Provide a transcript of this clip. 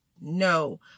No